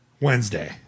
Wednesday